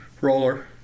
Roller